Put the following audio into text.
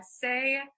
say